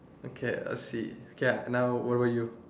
okay let's see okay now where were you